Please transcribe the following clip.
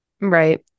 Right